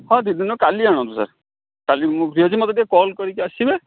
ହଁ ଦି ଦିନ କାଲି ଆଣନ୍ତୁ ସାର୍ କାଲି ମୁଁ ଫ୍ରି ଅଛି ମତେ ଟିକେ କଲ୍ କରିକି ଆସିବେ